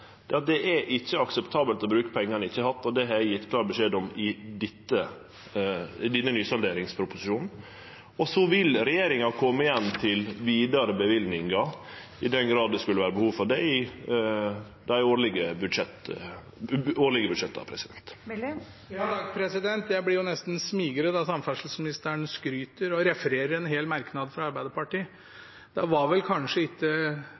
er at det ikkje er akseptabelt å bruke pengar ein ikkje har, og det har eg gjeve klar beskjed om i denne nysalderingsproposisjonen. Regjeringa vil så kome igjen til vidare løyvingar, i den grad det skulle vere behov for det, i dei årlege budsjetta. Jeg blir nesten smigret av at samferdselsministeren skryter av og refererer en merknad fra Arbeiderpartiet. Da var vel døra ikke helt åpen likevel i det tilfellet, kanskje i hvert fall halvvegs åpen og ikke